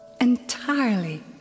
Entirely